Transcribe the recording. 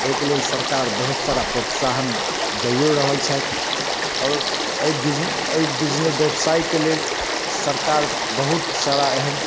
ओइके लेल सरकार बहुत सारा प्रोत्साहन दैयो रहल छथि आओर एहि व्यवसायके लेल सरकार बहुत सारा एहन